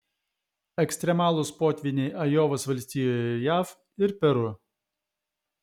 ekstremalūs potvyniai ajovos valstijoje jav ir peru